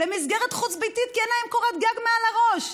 למסגרת חוץ-ביתית, כי אין להן קורת גג מעל הראש.